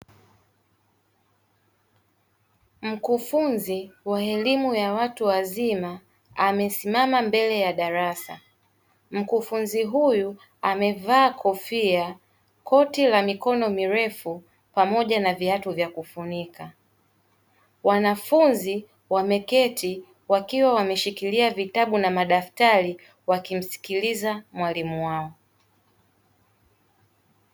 Mkufunzi wa elimu ya watu wazima amesimama mbele ya darasa. Mkufunzi huyu amevaa kofia, koti la mikono mirefu pamoja na viatu vya kufunika. Wanafunzi wameketi wakiwa wameshikilia vitabu na madaftari wakimsikiliza mwalimu wao.